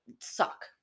suck